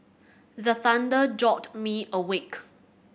the thunder jolt me awake